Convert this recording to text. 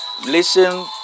Listen